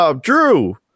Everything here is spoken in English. Drew